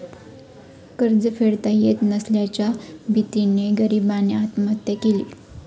कर्ज फेडता येत नसल्याच्या भीतीने गरीबाने आत्महत्या केली